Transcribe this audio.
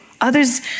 Others